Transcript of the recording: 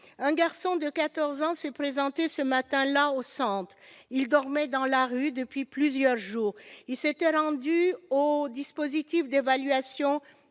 Un garçon de quatorze ans s'est présenté ce matin-là au centre. Il dormait dans la rue depuis plusieurs jours. Il s'était soumis au dispositif d'évaluation